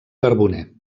carboner